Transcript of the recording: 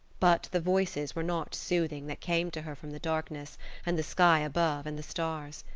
but the voices were not soothing that came to her from the darkness and the sky above and the stars.